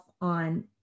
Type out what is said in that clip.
on